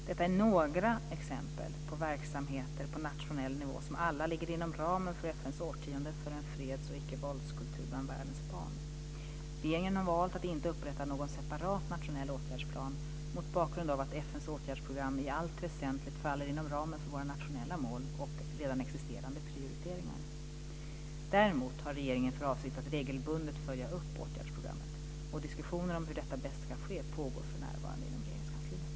Detta är några exempel på verksamheter på nationell nivå som alla ligger inom ramen för FN:s årtionde för en freds och icke-våldskultur bland världens barn. Regeringen har valt att inte upprätta någon separat nationell åtgärdsplan mot bakgrund av att FN:s åtgärdsprogram i allt väsentligt faller inom ramen för våra nationella mål och redan existerande prioriteringar. Däremot har regeringen för avsikt att regelbundet följa upp åtgärdsprogrammet. Diskussioner om hur detta bäst ska ske pågår för närvarande inom Regeringskansliet.